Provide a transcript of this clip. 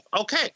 Okay